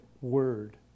word